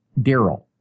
Daryl